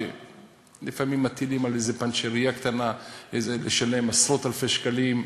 לפעמים מטילים על איזה פנצ'רייה קטנה לשלם עשרות אלפי שקלים.